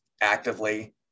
actively